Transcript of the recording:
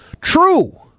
True